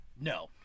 No